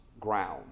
ground